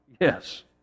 yes